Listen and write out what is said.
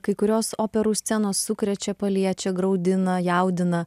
kai kurios operų scenos sukrečia paliečia graudina jaudina